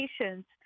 patients –